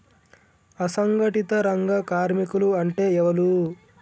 అసంఘటిత రంగ కార్మికులు అంటే ఎవలూ?